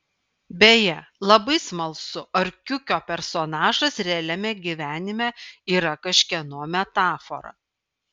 beje labai smalsu ar kiukio personažas realiame gyvenime yra kažkieno metafora